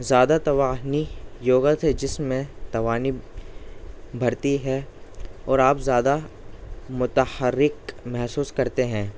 زیادہ تواہنی یوگا سے جسم میں توانائی بڑھتی ہے اور آپ زیادہ متحرک محسوس کرتے ہیں